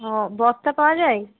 ও বস্তা পাওয়া যায়